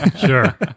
Sure